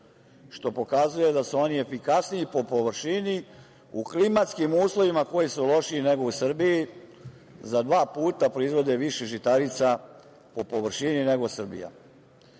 što pokazuje da su oni efikasniji po površini u klimatskim uslovima koji su lošiji nego u Srbiji za dva puta proizvode više žitarica po površini nego Srbija. Njihova